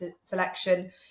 selection